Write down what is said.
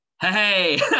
Hey